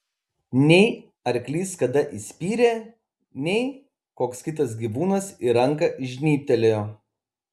nei arklys kada įspyrė nei koks kitas gyvūnas į ranką žnybtelėjo